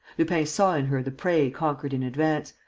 lupin saw in her the prey conquered in advance,